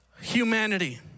humanity